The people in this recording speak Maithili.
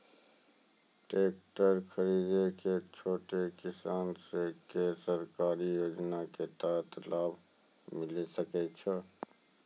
टेकटर खरीदै मे छोटो किसान के सरकारी योजना के तहत लाभ मिलै सकै छै?